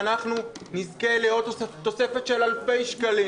אנחנו נזכה לעוד תוספת של אלפי שקלים.